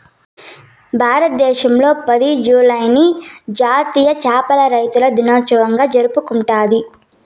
భారతదేశం పది, జూలైని జాతీయ చేపల రైతుల దినోత్సవంగా జరుపుకుంటాది